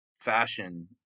fashion